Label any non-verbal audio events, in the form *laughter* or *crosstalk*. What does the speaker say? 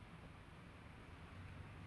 *noise* ya like hyperactive like that but